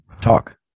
talk